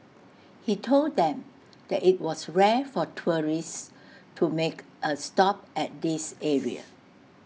he told them that IT was rare for tourists to make A stop at this area